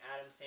Adam